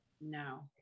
No